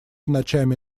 ночами